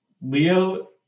Leo